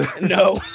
No